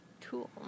Cool